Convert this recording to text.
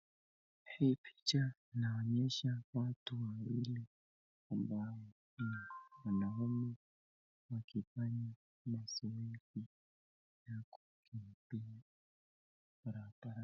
Hii picha inaonyesha watu wawili ambao ni wanaume wakifanya mazoezi ya kukimbia barabara.